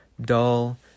dull